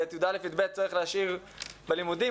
ואת י"א-י"ב צריך להשאיר בלימודים,